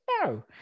No